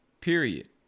period